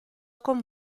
con